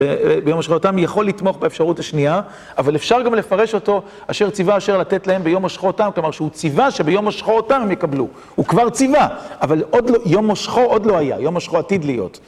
ביום משחו אותם יכול לתמוך באפשרות השנייה, אבל אפשר גם לפרש אותו אשר ציוה השם לתת להם ביום משחו אתם כלומר, שהוא ציוה שביום משחו אותם הם יקבלו. הוא כבר ציוה, אבל עוד, יום משחו עוד לא היה, יום משחו עתיד להיות.